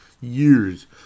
Years